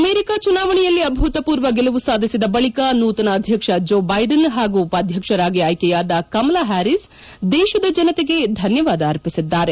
America ಚುನಾವಣೆಯಲ್ಲಿ ಅಭೂತ ಮೂರ್ವ ಗೆಲವು ಸಾಧಿಸಿದ ಬಳಿಕ ನೂತನ ಅಧ್ಯಕ್ಷ ಜೋ ಬೈಡನ್ ಹಾಗೂ ಉಪಾಧ್ಯಕ್ಷರಾಗಿ ಆಯ್ಕೆಯಾದ ಕಮಲಾ ಹ್ನಾರೀಸ್ ದೇಶದ ಜನತೆಗೆ ಧನ್ಭವಾದ ಅರ್ಪಿಸಿದ್ದಾರೆ